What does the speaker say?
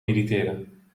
irriteren